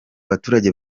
baturage